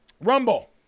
Rumble